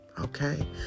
Okay